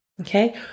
Okay